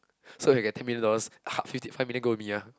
so you're getting me thoose hug fifty five minute go with me lah